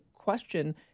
question